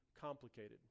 complicated